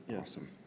Awesome